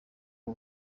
ubu